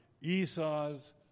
Esau's